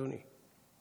אדוני.